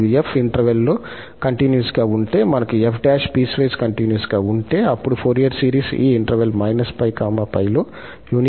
మరియు 𝑓 ఇంటర్వెల్ లో కంటిన్యూస్ గా ఉంటే మరియు 𝑓′ పీస్ వైస్ కంటిన్యూస్ గా ఉంటే అప్పుడు ఫోరియర్ సిరీస్ ఈ ఇంటర్వెల్ −𝜋 𝜋 లో యూనిఫార్మ్ గా కన్వర్జ్ అవుతుంది